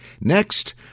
Next